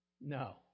No